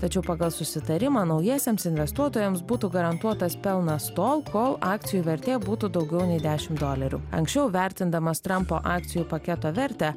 tačiau pagal susitarimą naujiesiems investuotojams būtų garantuotas pelnas tol kol akcijų vertė būtų daugiau nei dešim dolerių anksčiau vertindamas trampo akcijų paketo vertę